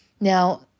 Now